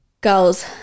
girls